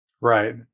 Right